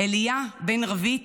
אליה בן רוית,